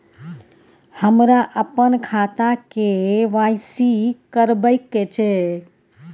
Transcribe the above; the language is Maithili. हमरा अपन खाता के के.वाई.सी करबैक छै